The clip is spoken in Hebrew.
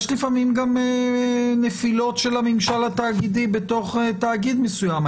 יש לפעמים גם נפילות של הממשל התאגידי בתוך תאגיד מסוים.